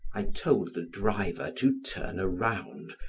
i told the driver to turn around,